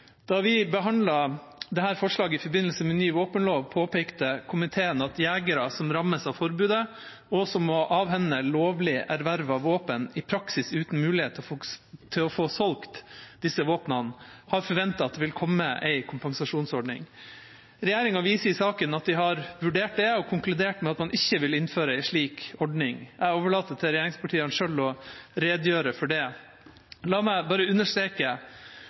Da vi behandlet dette forslaget i forbindelse med ny våpenlov, påpekte komiteen at jegere som rammes av forbudet, og som må avhende lovlig ervervet våpen, i praksis uten muligheter til å få solgt disse våpnene, har forventet at det vil komme en kompensasjonsordning. Regjeringa viser i saken til at de har vurdert det og konkludert med at man ikke vil innføre en slik ordning. Jeg overlater til regjeringspartiene selv å redegjøre for det. La meg bare understreke